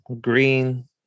green